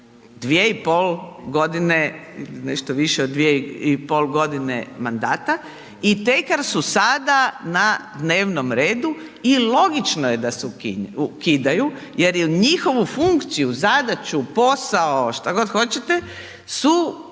dvije i pol godine ili nešto više od dvije i pol godine mandata i tek su sada na dnevnom redu i logično je da se ukidaju jer je njihovu funkciju, zadaću, posao, šta god hoćete, su